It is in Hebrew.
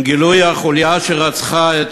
עם גילוי החוליה שרצחה את